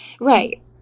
right